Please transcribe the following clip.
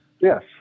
Yes